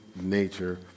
nature